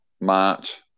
March